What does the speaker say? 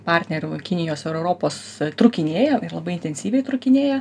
partnerių kinijos europos trūkinėja ir labai intensyviai trūkinėja